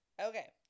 Okay